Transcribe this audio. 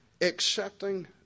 accepting